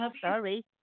Sorry